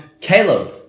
Caleb